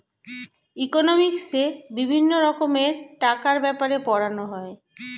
ইকোনমিক্সে বিভিন্ন রকমের টাকার ব্যাপারে পড়ানো হয়